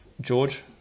george